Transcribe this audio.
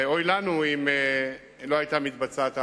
ואוי לנו אם העבודה הזאת לא היתה מתבצעת.